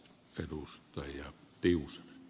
arvoisa puhemies